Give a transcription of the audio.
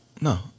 No